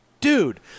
dude